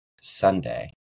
Sunday